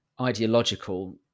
ideological